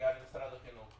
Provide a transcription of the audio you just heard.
קריאה למשרד החינוך.